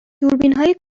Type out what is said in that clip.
دوربینهای